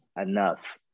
enough